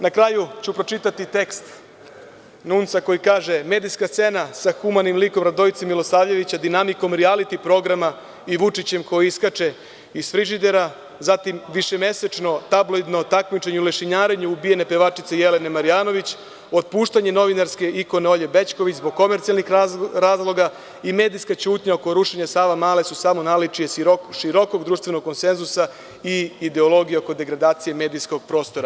Na kraju ću pročitati tekst NUNS koji kaže – medijska scena sa humanim likom Radojice Milosavljevića dinamikom rijaliti programa i Vučićem koji iskače iz frižidera, zatim višemesečno tabloidno takmičenje u lešinarenju ubijene pevačice Jelene Marjanović, otpuštanje novinarske ikone Olje Bećković zbog komercijalnih razloga i medijska ćutnja oko rušenja Savamale su samo naličje širokog društvenog konsenzusa i ideologije oko degradacije medijskog prostora.